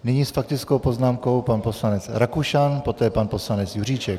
Nyní s faktickou poznámkou pan poslanec Rakušan, poté pan poslanec Juříček.